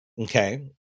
Okay